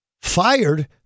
fired